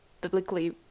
biblically